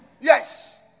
Yes